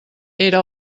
era